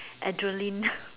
adreline